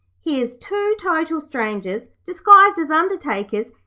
here's two total strangers, disguised as undertakers,